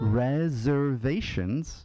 reservations